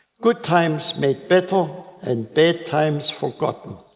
good times made better and bad times forgotten